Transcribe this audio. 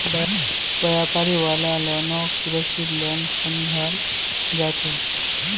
व्यापारी वाला लोनक सुरक्षित लोन समझाल जा छे